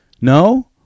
No